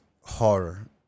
horror